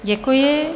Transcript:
Děkuji.